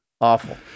Awful